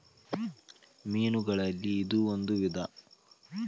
ಮೇನುಗಳಲ್ಲಿ ಇದು ಒಂದ ವಿಧಾ